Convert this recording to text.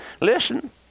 listen